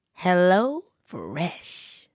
HelloFresh